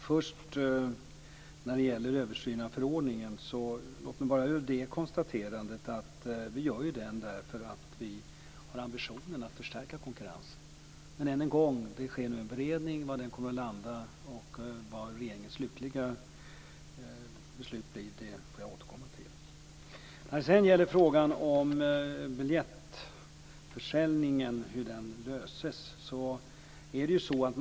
Fru talman! Låt mig först konstatera att vi gör en översyn av förordningen därför att vi har ambitionen att förstärka konkurrensen. Det sker nu en beredning. Var den kommer att landa och vad regeringens slutliga beslut blir får jag återkomma till. Så till frågan om hur man löser biljettförsäljningen.